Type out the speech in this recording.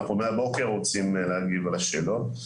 אנחנו מהבוקר רוצים להגיב על השאלות.